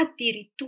addirittura